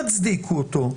תצדיקו אותו.